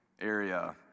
area